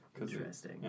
Interesting